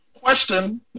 Question